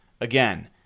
Again